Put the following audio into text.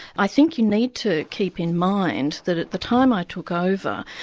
i think you need to keep in mind that at the time i took over,